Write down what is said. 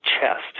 chest